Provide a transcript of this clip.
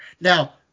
Now